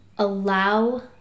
Allow